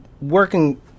working